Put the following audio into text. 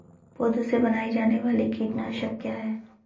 पौधों से बनाई जाने वाली कीटनाशक क्या है?